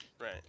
right